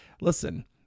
listen